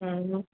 হুঁ হুম